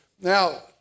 now